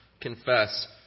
confess